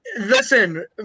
Listen